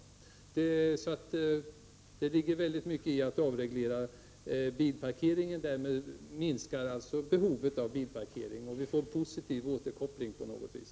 Det ligger mycket i att man skall avreglera bilparkeringen. Därmed minskar alltså behovet av bilparkering, och vi får en positiv återkoppling på något VIS.